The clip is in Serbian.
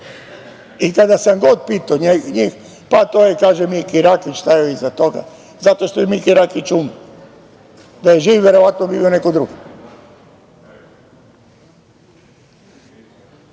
Kad sam god pitao njih, pa to je, kažu, Miki Rakić stajao iza toga zato što Miki Rakić umro. Da je živ verovatno bi bio neko drugi. Kažem